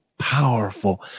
powerful